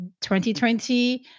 2020